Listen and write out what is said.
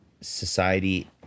society